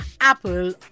Apple